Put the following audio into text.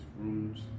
rooms